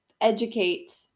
educate